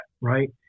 right